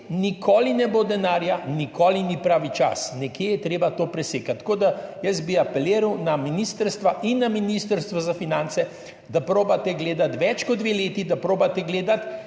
nikoli ne bo denarja, nikoli ni pravi čas. Nekje je treba to presekati, tako da jaz bi apeliral na ministrstva in na Ministrstvo za finance, da probate gledati več kot dve leti, da probate gledati